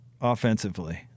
offensively